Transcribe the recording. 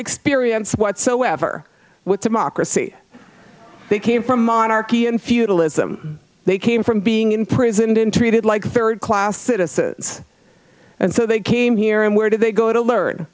experience whatsoever with democracy they came from monarchy and feudalism they came from being imprisoned in treated like third class citizens and so they came here and where do they go to learn